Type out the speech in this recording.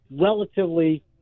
relatively